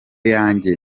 yanjye